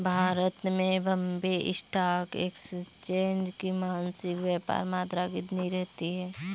भारत में Bombay stock exchange की मासिक व्यापार मात्रा कितनी रहती है?